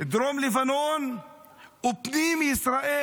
דרום לבנון ופנים ישראל.